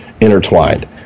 intertwined